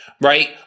right